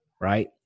right